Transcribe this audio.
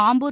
Ambur